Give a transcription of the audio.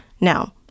Now